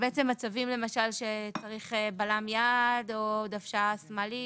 אלה למשל מצבים שצריך בלם יד או דוושה שמאלית,